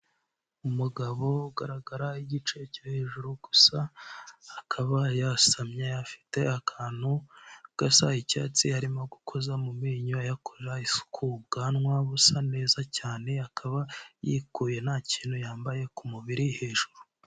Umugabo ugaragara igice cyo hejuru gusa, akaba yasamye afite akantu gasa icyatsi arimo gukoza mu menyo akora isuku, ubwanwa busa neza cyane akaba yikuye ntakintu yambaye ku mubiri hejuru.